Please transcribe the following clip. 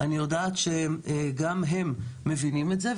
אני יודעת שגם הם מבינים את זה.